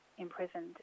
imprisoned